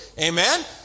Amen